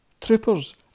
Troopers